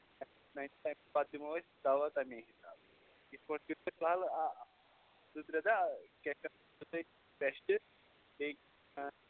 پَتہٕ دِمو أسۍ دوا تَمے یِتھ پٲٹھۍ فِلحال زٕ ترٛےٚ دۄہ کیٛاہ رٮ۪سٹ بیٚیہِ